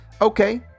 Okay